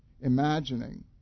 imagining